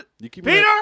Peter